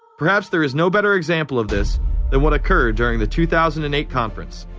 perhaps there is no better example of this than what occurred during the two thousand and eight conference.